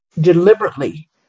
deliberately